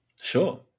Sure